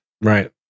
Right